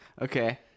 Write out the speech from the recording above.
okay